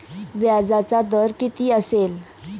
व्याजाचा दर किती असेल?